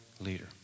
leader